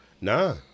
Nah